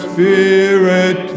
Spirit